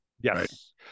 Yes